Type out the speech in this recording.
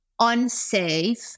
unsafe